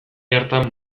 hartan